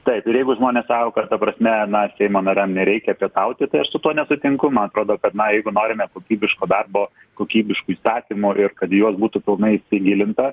taip ir jeigu žmonės sako kad ta prasme na seimo nariam nereikia pietauti tai aš su tuo nesutinku man atrodo kad na jeigu norime kokybiško darbo kokybiškų įstatymų ir kad į juos būtų pilnai įgilinta